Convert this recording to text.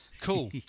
cool